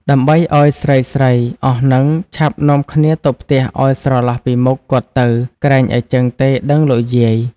ដើម្បីឲ្យស្រីៗ អស់ហ្នឹង ឆាប់នាំគ្នាទៅផ្ទះឲ្យស្រឡះពីមុខ គាត់ទៅ ក្រែងអីចឹងទេដឹងលោកយាយ?។